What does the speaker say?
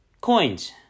Coins